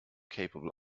capable